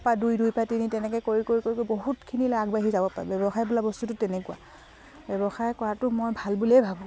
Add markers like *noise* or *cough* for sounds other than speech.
*unintelligible* তেনেকে কৰি কৰি বহুতখিনিলে আবাঢ়ি যাব পাৰে ব্যৱসায় বা বস্তুটো তেনেকুৱা ব্যৱসায় কৰাটো মই ভাল বুলিয়ে ভাবোঁ